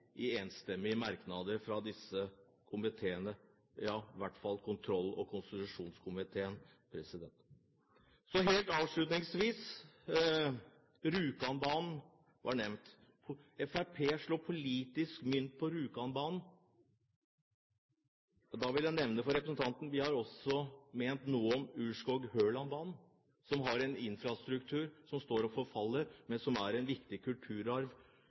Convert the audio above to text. i enstemmige merknader fra disse komiteene – ja, i hvert fall kontroll- og konstitusjonskomiteen. Helt avslutningsvis: Rjukanbanen ble nevnt, og at Fremskrittspartiet slår politisk mynt på Rjukanbanen. Da vil jeg nevne for representanten Vågslid at vi også har ment noe om Aurskog-Hølandbanen, som har en infrastruktur som står og forfaller, men som er en viktig kulturarv